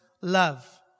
love